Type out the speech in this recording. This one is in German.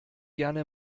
gerne